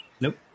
nope